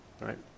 right